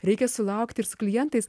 reikia sulaukt ir su klientais